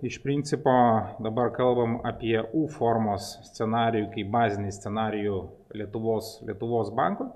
iš principo dabar kalbame apie u formos scenarijų kaip bazinį scenarijų lietuvos lietuvos banko